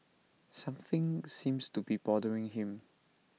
something seems to be bothering him